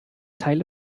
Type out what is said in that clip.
teile